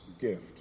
gift